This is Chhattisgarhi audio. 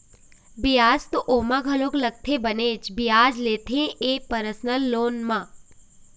बियाज तो ओमा घलोक लगथे बनेच बियाज लेथे ये परसनल लोन म